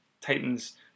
Titans